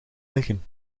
liggen